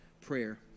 prayer